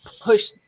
push